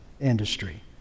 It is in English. industry